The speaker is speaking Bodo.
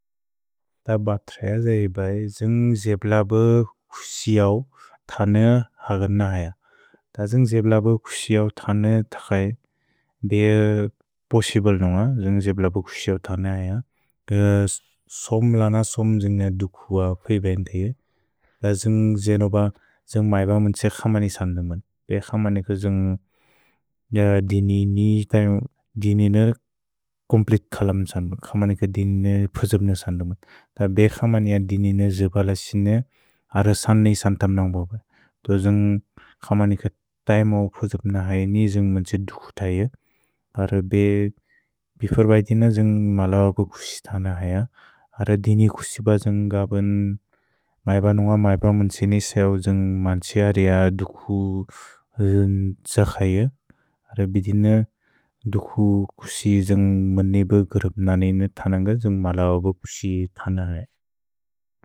त् बत्र य ज्इबै द्ज्न्ग् ज्प्लबु कुक्सिय्उ तने हगन अय। त् द्ज्न्ग् ज्प्लबु कुक्सिय्उ तने त्क्सै बे पोसिबुल् नुन्ग द्ज्न्ग् ज्प्लबु कुक्सिय्उ तने अय। त् द्ज्न्ग् ज्प्लबु कुक्सिय्उ त्क्सै बे पोसिबुल् नुन्ग द्ज्न्ग् ज्प्लबु कुक्सिय्उ त्क्सै बे पोसिबुल् नुन्ग द्ज्न्ग् ज्प्लबु कुक्सिय्उ त्क्सै बे पोसिबुल् नुन्ग द्ज्न्ग् ज्प्लबु कुक्सिय्उ त्क्सै बे पोसिबुल् नुन्ग द्ज्न्ग् ज्प्लबु कुक्सिय्उ त्क्सै बे पोसिबुल् नुन्ग द्ज्न्ग् ज्प्लबु कुक्सिय्उ त्क्सै बे पोसिबुल् नुन्ग द्ज्न्ग् ज्प्लबु कुक्सिय्उ त्क्सै बे पोसिबुल् नुन्ग द्ज्न्ग् ज्प्लबु कुक्सिय्उ त्क्सै बे पोसिबुल् नुन्ग द्ज्न्ग् ज्प्लबु कुक्सिय्उ त्क्सै बे पोसिबुल् नुन्ग द्ज्न्ग् ज् द्ज्न्ग् जेप्लबु कुक्सिय्उ त्क्सै बे पोसिबुल् नुन्ग द्ज्न्ग् ज्प्लबु कुक्सिय्उ त्क्सै।